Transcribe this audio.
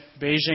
Beijing